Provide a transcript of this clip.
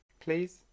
please